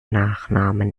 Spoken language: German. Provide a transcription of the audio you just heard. nachnamen